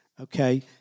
Okay